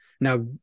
Now